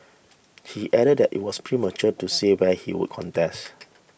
he added that it was premature to say where he would contest